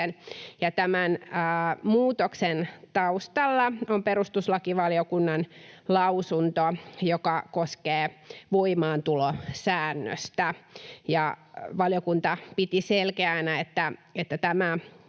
Tämän muutoksen taustalla on perustuslakivaliokunnan lausunto, joka koskee voimaantulosäännöstä. Valiokunta piti selkeänä, että tämä